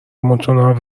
متنوع